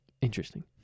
Interesting